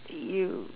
you